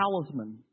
talisman